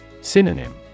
Synonym